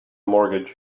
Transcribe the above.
mortgage